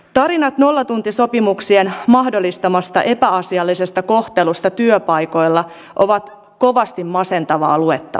tarinat nollatuntisopimuksien mahdollistamasta epäasiallisesta kohtelusta työpaikoilla ovat kovasti masentavaa luettavaa